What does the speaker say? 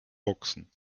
boxen